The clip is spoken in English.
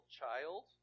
child